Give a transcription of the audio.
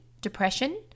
depression